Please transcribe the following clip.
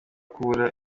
kubura